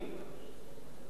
עמדנו גם בכלל השני: